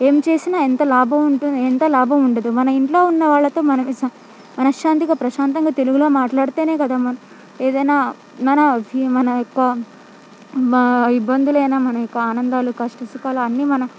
ఏం చేసినా ఎంత లాభం ఉంటుంది ఎంత లాభం ఉండదు మన ఇంట్లో ఉన్నవాళ్ళతో మనమే మనఃశాంతిగా ప్రశాంతంగా తెలుగులో మాట్లాడితేనే కదా మన ఏదైనా మన కి మన యొక్క బ్బా ఇబ్బందులైనా మన యొక్క ఆనందాలు కష్టసుఖాలు అన్నీ మనం